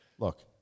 Look